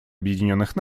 объединенных